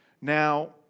Now